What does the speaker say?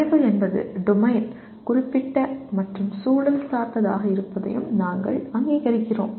அறிவு என்பது டொமைன் குறிப்பிட்ட மற்றும் சூழல் சார்ந்ததாக இருப்பதையும் நாங்கள் அங்கீகரிக்கிறோம்